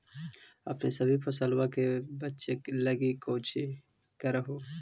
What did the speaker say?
अपने सभी फसलबा के बच्बे लगी कौची कर हो?